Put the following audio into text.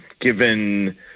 given